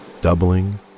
Doubling